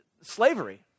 slavery